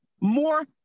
more